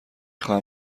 خواهم